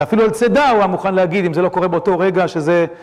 אפילו על צדה הוא היה מוכן להגיד, אם זה לא קורה באותו רגע שזה...